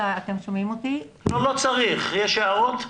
יש הערות?